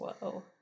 whoa